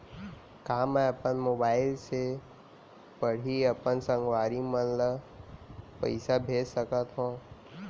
का मैं अपन मोबाइल से पड़ही अपन संगवारी मन ल पइसा भेज सकत हो?